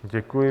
Děkuji.